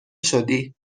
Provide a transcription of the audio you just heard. شدی